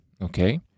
okay